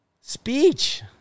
speech